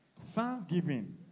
Thanksgiving